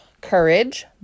courage